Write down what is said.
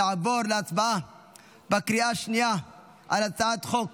נעבור להצבעה בקריאה השנייה על הצעת חוק